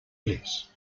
bliss